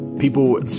people